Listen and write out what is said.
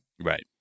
Right